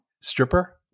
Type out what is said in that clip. Stripper